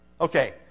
Okay